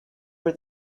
were